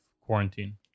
quarantine